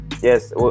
Yes